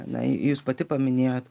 na jūs pati paminėjot